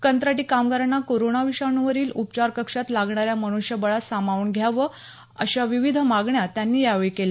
कंत्राटी कामगारांना कोरोना विषाणूवरील उपचार कक्षात लागणाऱ्या मन्ष्यबळात सामावून घ्यावं अशा विविध मागण्या त्यांनी यावेळी केल्या